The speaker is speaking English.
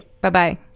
bye-bye